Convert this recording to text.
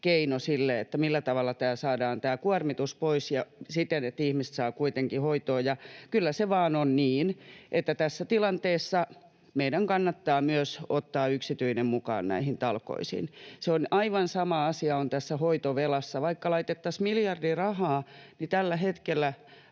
keino sille, millä tavalla saadaan tämä kuormitus pois ja siten, että ihmiset saavat kuitenkin hoitoa. Kyllä se vaan on niin, että tässä tilanteessa meidän kannattaa ottaa myös yksityinen mukaan näihin talkoisiin. Se on aivan sama asia tässä hoitovelassa, että vaikka laitettaisiin miljardi rahaa, tällä hetkellä